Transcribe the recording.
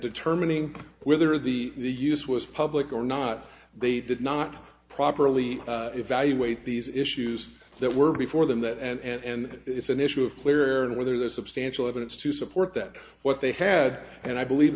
determining whether the the use was public or not they did not properly evaluate these issues that were before them that and it's an issue of clear and whether there's substantial evidence to support that what they had and i believe